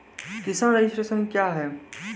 किसान रजिस्ट्रेशन क्या हैं?